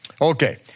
Okay